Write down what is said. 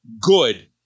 good